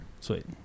Sweet